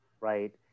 right